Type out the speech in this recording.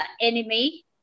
enemy